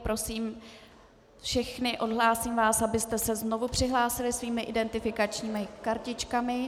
Prosím všechny, odhlásím vás, abyste se znovu přihlásili svými identifikačními kartičkami.